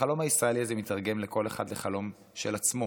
החלום הישראלי הזה מיתרגם לכל אחד לחלום של עצמו.